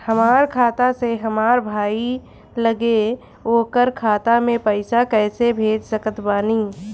हमार खाता से हमार भाई लगे ओकर खाता मे पईसा कईसे भेज सकत बानी?